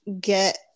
get